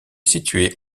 située